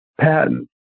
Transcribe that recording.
patent